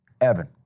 Evan